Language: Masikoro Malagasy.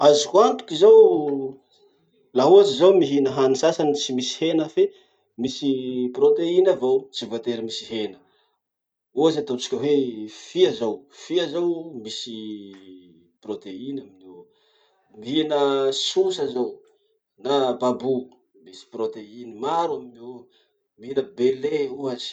Azoko antoky zao, laha ohatsy zaho mihina hany sasany tsy misy hena fe misy proteine avao, tsy voatery misy hena. Ohatsy atao tsika hoe fia zao. Fia zao, misy proteine aminio. Mihina sosa zao na babo, misy proteine maro aminio. Mihina bele ohatsy.